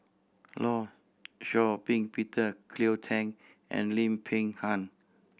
Law Shau Ping Peter Cleo Thang and Lim Peng Han